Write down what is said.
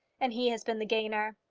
and he has been the gainer.